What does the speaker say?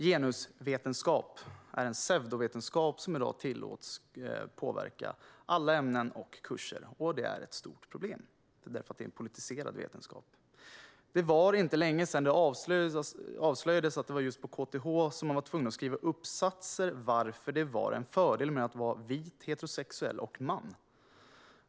Genusvetenskap är en pseudovetenskap som tillåts påverka alla ämnen och kurser, och det är ett stort problem därför att det är en politiserad vetenskap. Det var inte länge sedan som det avslöjades att man på KTH var tvungen att skriva uppsatser om varför det var en fördel med att vara vit, heterosexuell och man.